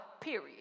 period